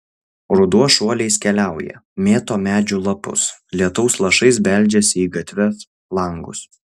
ruduo šuoliais keliauja mėto medžių lapus lietaus lašais beldžiasi į gatves langus